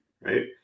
right